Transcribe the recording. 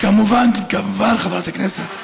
כמובן, חברת הכנסת.